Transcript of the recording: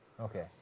Okay